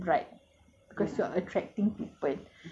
you shouldn't wear things that very bright